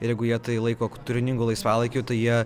ir jeigu jie tai laiko turiningu laisvalaikiu tai jie